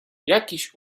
jakiś